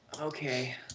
Okay